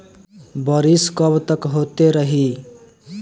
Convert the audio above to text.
बरिस कबतक होते रही?